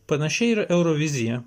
panaši ir eurovizija